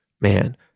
man